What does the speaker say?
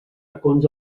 racons